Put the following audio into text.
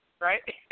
Right